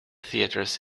theaters